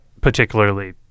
particularly